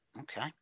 Okay